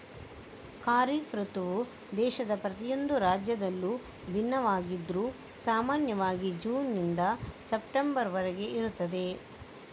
ಖಾರಿಫ್ ಋತುವು ದೇಶದ ಪ್ರತಿಯೊಂದು ರಾಜ್ಯದಲ್ಲೂ ಭಿನ್ನವಾಗಿದ್ರೂ ಸಾಮಾನ್ಯವಾಗಿ ಜೂನ್ ನಿಂದ ಸೆಪ್ಟೆಂಬರ್ ವರೆಗೆ ಇರುತ್ತದೆ